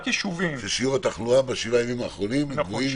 זה שיעור התחלואה בשבעה ימים האחרונים שגבוהים --- נכון,